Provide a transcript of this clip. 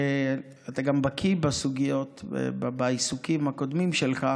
אתה גם בקי בסוגיות מהעיסוקים הקודמים שלך.